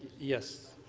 yes.